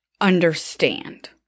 understand